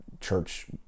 church